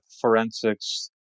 forensics